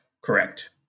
Correct